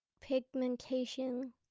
pigmentation